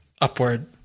Upward